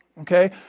Okay